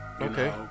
Okay